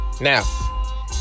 Now